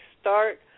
start